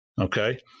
okay